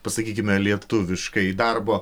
pasakykime lietuviškai darbo